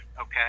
okay